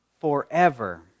Forever